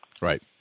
Right